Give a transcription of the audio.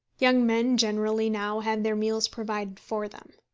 young men generally now have their meals provided for them.